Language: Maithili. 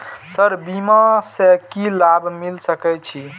सर बीमा से की लाभ मिल सके छी?